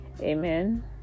Amen